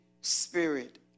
Spirit